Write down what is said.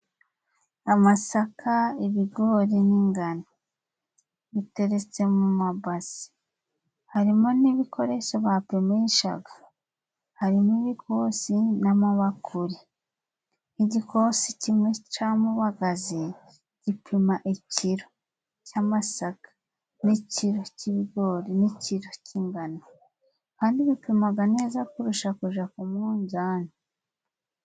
Amasaka, ibigori n'ingano biteretse mu mabasi harimo n'ibikoresho bapimishaga harimo ibikosi n'amabakuri; igikosi kimwe camubagazi gipima ikiro cy'amasaka, n'ikiro cy'ibigori ,n'ikiro k'ingano kandi bipimaga neza kurusha kuja k'umunzani.